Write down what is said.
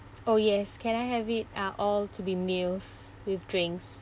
oh yes can I have it uh all to be meals with drinks